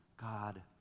God